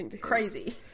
crazy